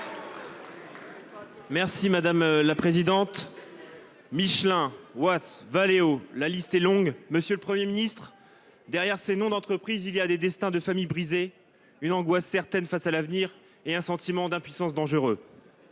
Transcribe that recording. et Républicain. Michelin, Watts, Valeo, la liste est longue, monsieur le Premier ministre. Derrière ces noms d’entreprise, il y a des familles dont le destin est brisé, une angoisse certaine face à l’avenir et un sentiment d’impuissance dangereux.